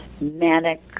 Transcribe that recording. manic